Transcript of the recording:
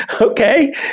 okay